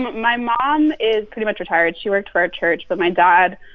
my mom is pretty much retired. she worked for a church. but my dad,